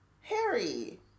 Harry